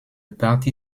parti